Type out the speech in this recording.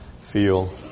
feel